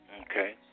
Okay